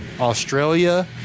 Australia